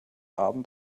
abend